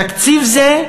תקציב זה,